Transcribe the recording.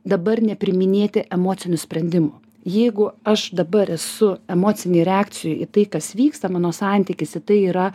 dabar nepriiminėti emocinių sprendimų jeigu aš dabar esu emocinėj reakcijoj į tai kas vyksta mano santykis į tai yra